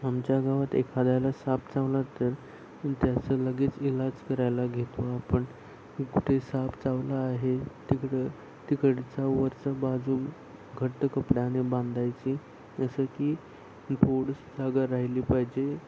आमच्या गावात एखाद्याला साप चावला तर त्याचं लगेच इलाज करायला घेतो आपण कुठे साप चावला आहे तिकडं तिकडच्या वरचं बाजू घट्ट कपड्याने बांधायची जसं की थोडंसं जागा राहिली पाहिजे